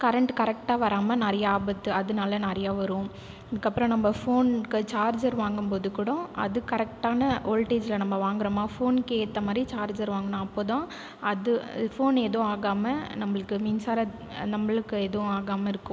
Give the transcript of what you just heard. current கரெக்ட்டாக வராமல் நிறைய ஆபத்து அதனாலே நிறைய வரும் அதுக்கப்புறம் நம்ப ஃபோன்க்கு சார்ஜர் வாங்கும்போது கூட அது கரெக்ட்டான வோல்ட்டேஜில் நம்ப வாங்குறோமா ஃபோனுக்கு ஏற்ற மாதிரி சார்ஜர் வாங்கணும் அப்போ தான் அது ஃபோன் ஏதும் ஆகாமல் நம்பளுக்கு மின்சார நம்பளுக்கு எதுவும் ஆகாமல் இருக்கும்